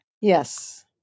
Yes